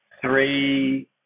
three